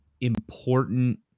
important